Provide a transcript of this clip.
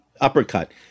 uppercut